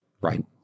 Right